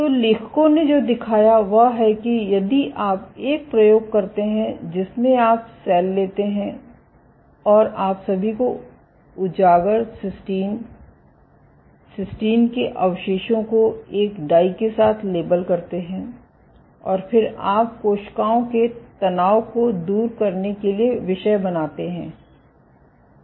तो लेखकों ने जो दिखाया वह है कि यदि आप एक प्रयोग करते हैं जिसमें आप सेल लेते हैं और आप सभी उजागर सिस्टीन सिस्टीन के अवशेषों को एक डाई के साथ लेबल करते हैं और फिर आप कोशिकाओं के तनाव को दूर करने के लिए विषय बनाते हैं